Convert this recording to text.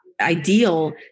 ideal